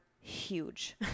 huge